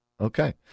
Okay